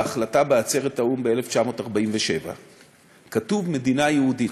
בהחלטה בעצרת האו"ם ב-1947 כתוב "מדינה יהודית".